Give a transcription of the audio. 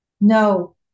No